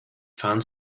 fahren